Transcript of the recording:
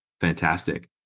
fantastic